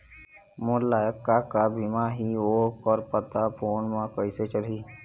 मोर लायक का का बीमा ही ओ कर पता फ़ोन म कइसे चलही?